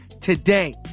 today